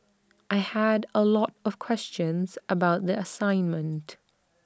I had A lot of questions about the assignment